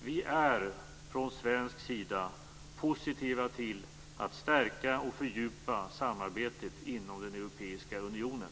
Vi är från svensk sida positiva till att stärka och fördjupa samarbetet inom den europeiska unionen.